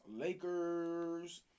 Lakers